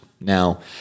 Now